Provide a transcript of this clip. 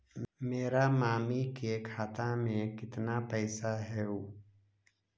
मेरा मामी के खाता में कितना पैसा हेउ?